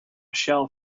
shell